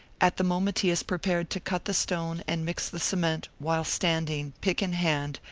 at the moment he has prepared to cut the stone and mix the cement, while standing, pick in hand,